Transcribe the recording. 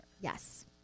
Yes